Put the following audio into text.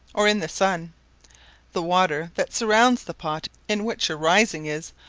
or in the sun the water that surrounds the pot in which your rising is,